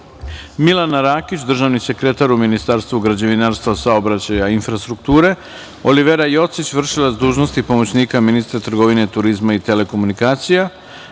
Milana Rakić, državni sekretar u Ministarstvu, građevinarstva, saobraćaja i infrastrukture, Olivera Jocić, vršilac dužnosti pomoćnika ministra trgovine, turizma i telekomunikacija,